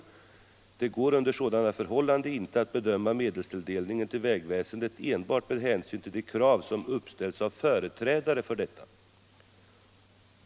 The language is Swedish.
Det går under sådana förhållanden inte att bedöma medelstilldelningen till vägväsendet enbart med hänsyn till de krav som uppställs av företrädare för detta.